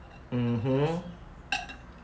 mmhmm